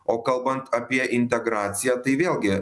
o kalbant apie integraciją tai vėlgi